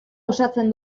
osatzen